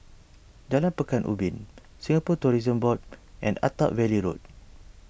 Jalan Pekan Ubin Singapore Tourism Board and Attap Valley Road